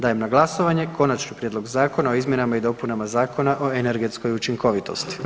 Dajem na glasovanje Konačni prijedlog zakona o izmjenama i dopunama Zakona o energetskoj učinkovitosti.